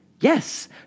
Yes